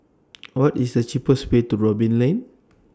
What IS The cheapest Way to Robin Lane